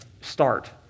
Start